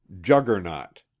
Juggernaut